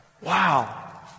Wow